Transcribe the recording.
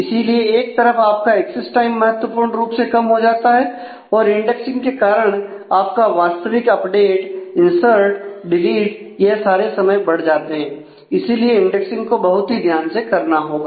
इसीलिए एक तरफ आपका एक्सेस टाइम महत्वपूर्ण रूप से कम हो जाता है और इंडेक्सिंग के कारण आपका वास्तविक अपडेट इंर्सट डिलीट यह सारे समय बढ़ जाते हैं इसीलिए इंडेक्सिंग को बहुत ही ध्यान से करना होगा